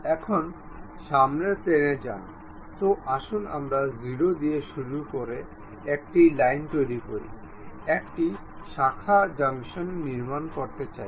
এখন সামনের প্লেনে যান তো আসুন আমরা 0 দিয়ে শুরু করে একটি লাইন তৈরি করি একটি শাখা জংশন নির্মাণ করতে চাই